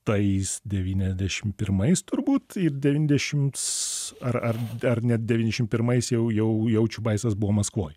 tais devyniasdešim pirmais turbūt ir devyndešimts ar ar ar net devyniašim pirmais jau jau jau čiubaisas buvo maskvoj